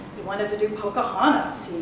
he wanted to do pocahontas,